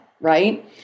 Right